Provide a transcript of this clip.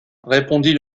répondit